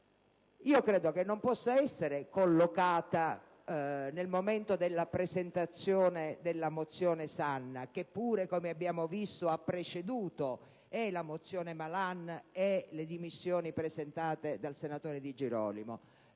decadenza non possa essere collocata nel momento della presentazione della mozione Sanna, che pure, come abbiamo visto, ha preceduto la mozione Malan e le dimissioni presentate dal senatore Di Girolamo,